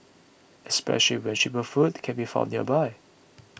especially when cheaper food can be found nearby